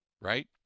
Right